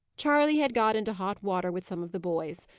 charley had got into hot water with some of the boys.